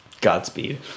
Godspeed